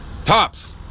Tops